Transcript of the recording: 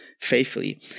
faithfully